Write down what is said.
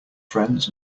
friends